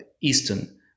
Eastern